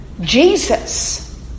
Jesus